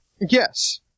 Yes